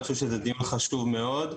אני חושב שזה דיון חשוב מאוד.